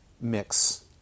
mix